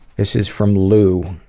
this is from lu,